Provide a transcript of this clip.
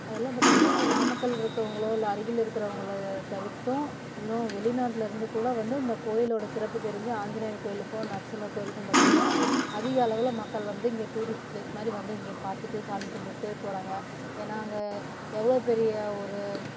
அதெல்லாம் பார்த்தீங்கனா இங்கே நாமக்கலில் இருக்கிறவங்களோ இல்லை அருகில் இருக்கிறவங்கள தவிர்த்தும் இன்னும் வெளிநாட்டில் இருந்து கூட வந்து இந்த கோவிலோட சிறப்பு தெரிஞ்சு ஆஞ்சிநேயர் கோவிலுக்கும் நரசிம்மர் கோவிலுக்கும் பார்த்தீங்கனா அதிக அளவில் மக்கள் வந்து இங்கே டூரிஸ்ட் பிளேஸ் மாதிரி வந்து இங்கே பார்த்துட்டு சாமி கும்பிட்டு போகிறாங்க ஏன்னால் அங்கே எவ்வளோ பெரிய ஒரு